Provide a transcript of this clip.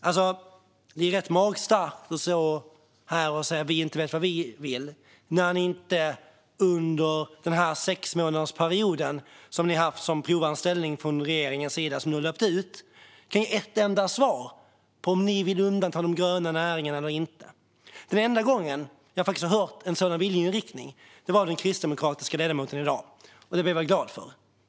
Det är rätt magstarkt att stå här och säga att vi inte vet vad vi vill när ni efter den sexmånadersperiod som regeringen haft som provanställning och som nu löpt ut inte kan ge ett enda svar på om ni vill undanta de gröna näringarna eller inte. Den enda gången jag faktiskt hört en sådan viljeinriktning var när den kristdemokratiske ledamoten talade i dag. Det blev jag glad för.